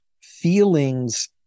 feelings